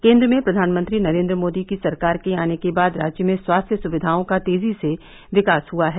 केन्द्र में प्रधानमंत्री नरेन्द्र मोदी की सरकार के आने के बाद राज्य में स्वास्थ्य सुविधाओं का तेजी से विकास हुआ है